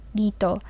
dito